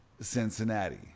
Cincinnati